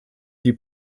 die